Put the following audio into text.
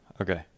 Okay